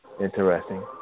Interesting